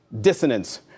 dissonance